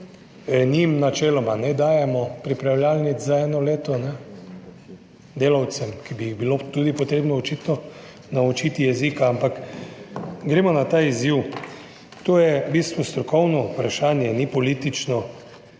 Njim načeloma ne dajemo pripravljalnic za eno leto, delavcem, ki bi jih bilo očitno tudi potrebno naučiti jezika. Ampak gremo na ta izziv. To je v bistvu strokovno vprašanje, ni politično.